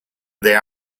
their